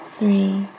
three